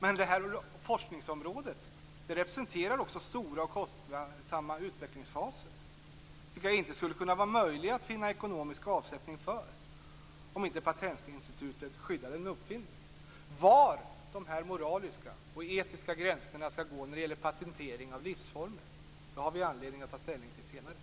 Men forskningsområdet representerar stora och kostsamma utvecklingsfaser, vilka inte skulle vara möjliga att finna ekonomisk avsättning för om inte patentinstitutet skyddade en uppfinning. Vi har anledning att senare ta ställning till var de moraliska och etiska gränserna skall gå när det gäller patentering av livsformer.